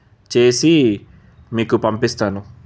చేసి మీకు పంపిస్తాను